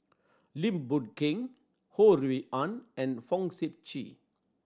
Lim Boon Keng Ho Rui An and Fong Sip Chee